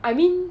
I mean